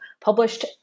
published